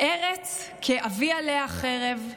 "ארץ כי אביא עליה חרב,